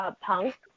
Punk